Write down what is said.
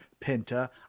Penta